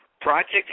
Project